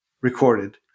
recorded